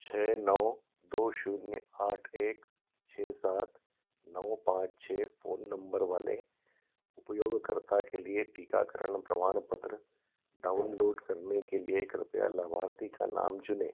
छे नौ दो शून्य आठ एक छः सात नौ पाँच छः फ़ोन नंबर वाले उपयोगकर्ता के लिए टीकाकरण प्रमाणपत्र डाउनलोड करने के लिए कृपया लाभार्थी का नाम चुनें